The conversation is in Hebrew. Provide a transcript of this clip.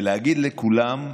להגיד לכולם,